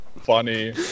Funny